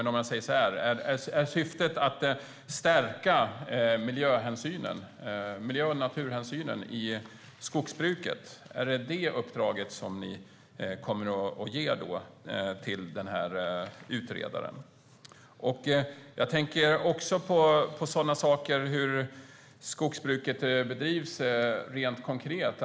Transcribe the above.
Annorlunda uttryckt: Är syftet att stärka miljö och naturhänsynen i skogsbruket? Är detta det uppdrag ni kommer att ge till den här utredaren? Jag tänker också på sådana saker som hur skogsbruket bedrivs rent konkret.